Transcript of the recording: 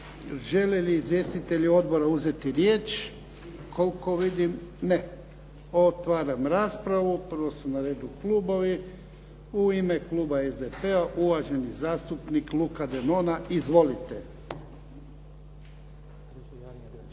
Želi li izvjestitelji odbora uzeti riječ? Koliko vidim ne. Otvaram raspravu. Prvo su klubovi. U ime kluba SDP-a uvaženi zastupnik Luka Denona. Izvolite.